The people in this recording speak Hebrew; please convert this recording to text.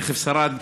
רכב שרד,